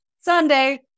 Sunday